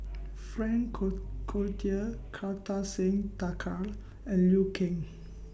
Frank Co Cloutier Kartar Singh Thakral and Liu Kang